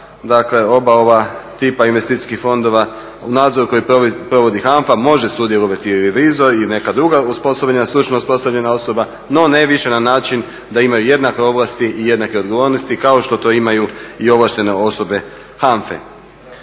dakle oba ova tipa investicijskih fondova, ali nadzor koji provodi HANFA može sudjelovati i revizor, i neka druga osposobljena stručna osoba no ne više na način da imaju jednake ovlasti i jednake odgovornosti kao što to imaju i ovlaštene osobe HANFA-e.